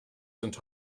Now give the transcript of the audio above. sind